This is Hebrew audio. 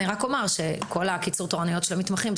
אני רק אומר שכל קיצור התורנויות של המתמחים,